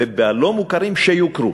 ובלא-מוכרים שיוכרו.